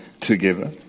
together